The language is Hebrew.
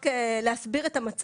קודם כול, רק להסביר את המצב.